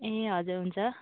ए हजुर हुन्छ